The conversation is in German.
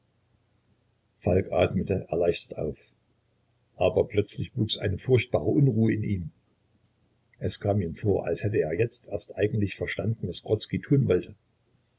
falk atmete erleichtert auf aber plötzlich wuchs eine furchtbare unruhe in ihm es kam ihm vor als hätte er jetzt erst eigentlich verstanden was grodzki tun wollte